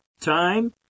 time